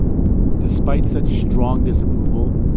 despite such strong disapproval,